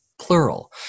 plural